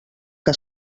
que